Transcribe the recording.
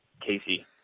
Casey